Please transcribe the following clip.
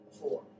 Four